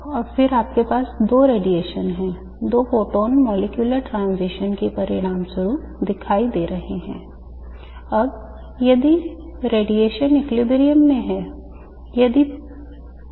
और फिर आपके पास दो रेडिएशन हैं दो फोटॉन molecular transition के परिणामस्वरूप दिखाई दे रहे हैं